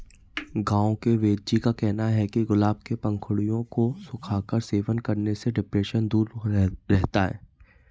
गांव के वेदजी का कहना है कि गुलाब के पंखुड़ियों को सुखाकर सेवन करने से डिप्रेशन दूर रहता है